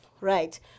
right